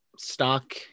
stock